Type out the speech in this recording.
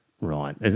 Right